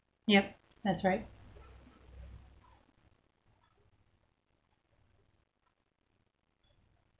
yup that's right